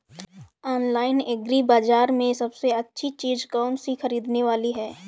Online agri बाजार में सबसे अच्छी चीज कौन सी ख़रीदने वाली है?